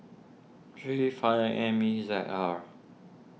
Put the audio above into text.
three five M E Z R